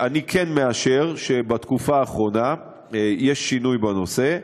אני כן מאשר שבתקופה האחרונה יש שינוי בנושא,